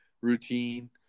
routine